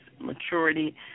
maturity